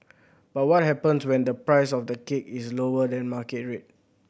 but what happens when the price of the cake is lower than market rate